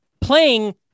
playing